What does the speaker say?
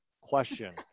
question